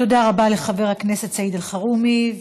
תודה רבה לחבר הכנסת סעיד אלחרומי.